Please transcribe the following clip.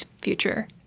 future